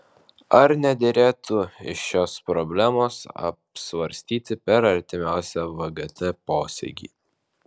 ar nederėtų ir šios problemos apsvarstyti per artimiausią vgt posėdį